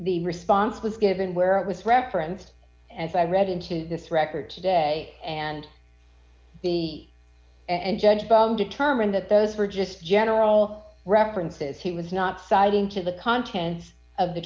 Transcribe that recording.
the response was given where it was reference as i read into this record today and the and judge from determined that those were just general references he was not citing to the contents of the